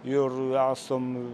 ir esam